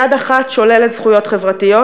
יד אחת שוללת זכויות חברתיות,